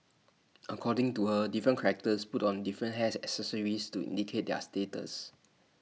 according to her different characters put on different hair accessories to indicate their status